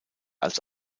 als